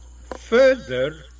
further